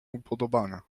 upodobania